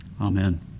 Amen